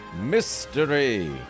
Mystery